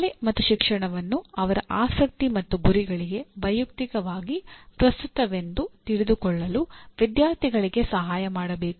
ಶಾಲೆ ಮತ್ತು ಶಿಕ್ಷಣವನ್ನು ಅವರ ಆಸಕ್ತಿ ಮತ್ತು ಗುರಿಗಳಿಗೆ ವೈಯಕ್ತಿಕವಾಗಿ ಪ್ರಸ್ತುತವೆಂದು ತಿಳಿದುಕೊಳ್ಳಲು ವಿದ್ಯಾರ್ಥಿಗಳಿಗೆ ಸಹಾಯ ಮಾಡಬೇಕು